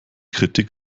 kritik